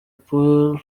pearl